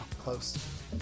Close